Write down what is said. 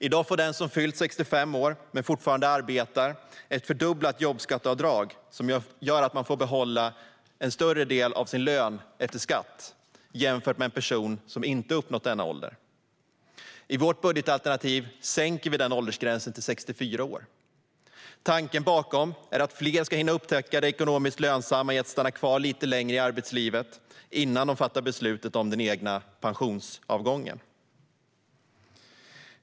I dag får den som fyllt 65 år men fortfarande arbetar ett fördubblat jobbskatteavdrag som gör att man får behålla en större del av sin lön efter skatt, jämfört med en person som inte uppnått denna ålder. I vårt budgetalternativ sänker vi den åldersgränsen till 64 år. Tanken bakom detta är att fler ska hinna upptäcka det ekonomiskt lönsamma i att stanna kvar lite längre i arbetslivet, innan de fattar beslutet om den egna pensionsavgången.